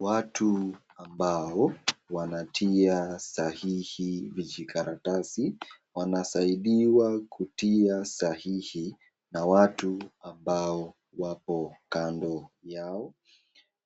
Watu ambao wanatia sahihi vijikaratasi wanasaidiwa kutia sahihi na watu ambao wako kando yao